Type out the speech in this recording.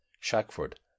Shackford